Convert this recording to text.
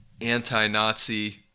anti-Nazi